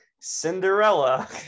Cinderella